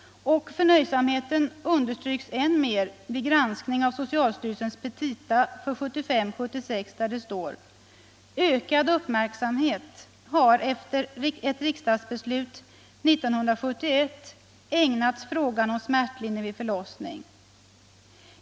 Och förnöjsamheten understryks än mer vid granskning av socialstyrelsens petita för år 1975/76, där det står: ”Ökad uppmärksamhet har efter ett riksdagsbeslut 1971 ägnats frågan om smärtlindring vid förlossning.